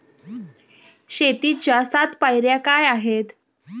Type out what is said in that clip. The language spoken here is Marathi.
शेतीच्या सात पायऱ्या काय आहेत?